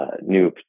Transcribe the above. new